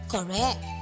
Correct